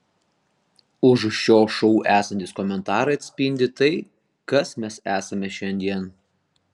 už šio šou esantys komentarai atspindi tai kas mes esame šiandien